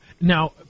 Now